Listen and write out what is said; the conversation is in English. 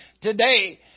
today